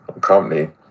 company